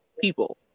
people